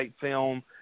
film